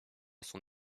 son